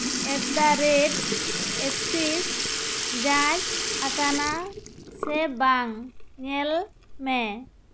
ᱮᱰᱫᱟᱨᱮᱴ access ᱡᱟᱡᱽ ᱟᱠᱟᱱᱟ ᱥᱮ ᱵᱟᱝ ᱧᱮᱞ ᱢᱮ